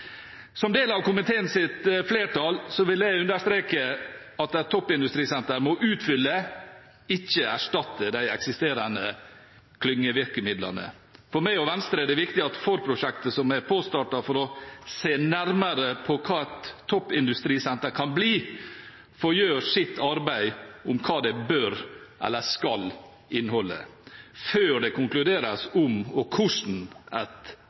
Som del av komiteens flertall vil jeg understreke at et toppindustrisenter må utfylle, ikke erstatte de eksisterende klyngevirkemidlene. For meg og Venstre er det viktig at man i forprosjektet som er påstartet for å se nærmere på hva et toppindustrisenter kan bli, får gjøre sitt arbeid om hva det bør eller skal inneholde før det konkluderes med om og hvordan et